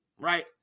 right